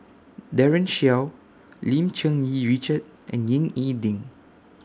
Daren Shiau Lim Cherng Yih Richard and Ying E Ding